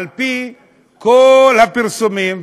על פי כל הפרסומים,